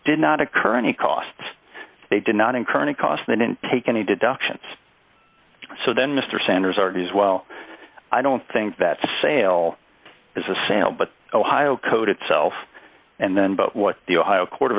did not occur any costs they did not incur any cost they didn't take any deductions so then mr sanders argues well i don't think that sale is a sale but ohio code itself and then but what the ohio court of